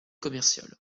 commerciale